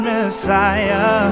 Messiah